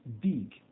big